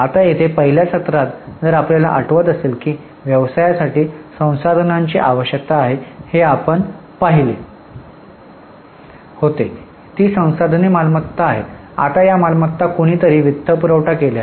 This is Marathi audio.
आता येथे पहिल्या सत्रात जर आपल्याला आठवत असेल की व्यवसायासाठी संसाधनांची आवश्यकता आहे हे आपण पाहिले होते ती संसाधने मालमत्ता आहेत आता या मालमत्ता कुणीतरी वित्तपुरवठा केला आहे